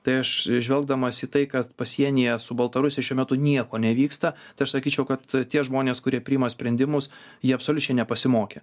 tai aš žvelgdamas į tai kad pasienyje su baltarusija šiuo metu nieko nevyksta tai aš sakyčiau kad tie žmonės kurie priima sprendimus jie absoliučiai nepasimokė